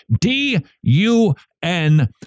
D-U-N